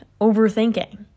overthinking